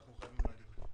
אנחנו צריכים לתת להם את זה.